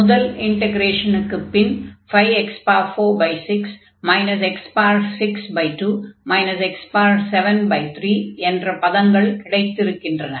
முதல் இன்டெக்ரேஷனுக்குப் பின் 5 x46 x62 x73 என்ற பதங்கள் கிடைத்திருக்கின்றன